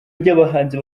ry’abahanzi